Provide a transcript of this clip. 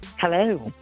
Hello